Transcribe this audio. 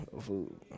food